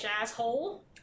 asshole